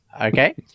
Okay